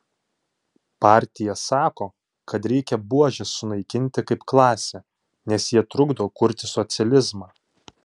partija sako kad reikia buožes sunaikinti kaip klasę nes jie trukdo kurti socializmą